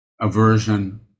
aversion